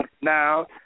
Now